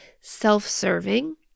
self-serving